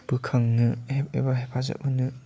बोखांनो एबा हेफाजाब होनो